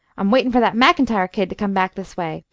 i'm waiting for that macintyre kid to come back this way.